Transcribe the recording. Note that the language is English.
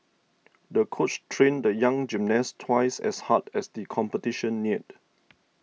the coach trained the young gymnast twice as hard as the competition neared